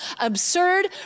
absurd